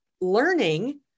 learning